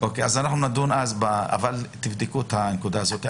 אם כן, אז נדון אבל תבדקו את הנקודה הזאת.